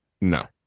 No